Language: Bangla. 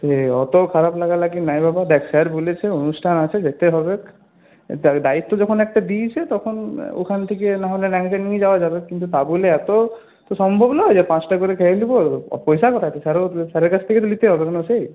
সেই অত খারাপ লাগালাগি নাই বাবা দেখ স্যার বলেছে অনুষ্ঠান আছে যেতে হবে দেখ দায়িত্ব যখন একটা দিয়েছে তখন ওখান থেকে না হলে ল্যাংচা নিয়ে যাওয়া যাবে কিন্তু তা বলে এত তো সম্ভব নয় যে পাঁচটা করে খেয়ে নেব পয়সা কোথায় এত স্যারও স্যারের কাছ থেকেই তো নিতে হবে না সেই